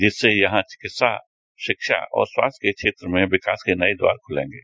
इससे यहां विकित्सा रिक्षा और स्वास्थ्य के क्षेत्र में विकास के नए दौर खुलेगे